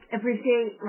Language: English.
Appreciate